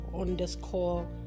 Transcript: underscore